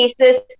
cases